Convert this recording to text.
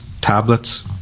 tablets